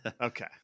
Okay